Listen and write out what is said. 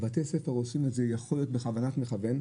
בתי הספר יכול להיות עושים את זה בכוונה מכוון,